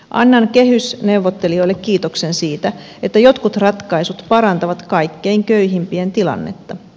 annan kehysneuvottelijoille kiitoksen siitä että jotkut ratkaisut parantavat kaikkein köyhimpien tilannetta